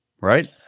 right